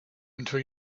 until